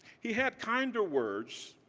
he had kinder words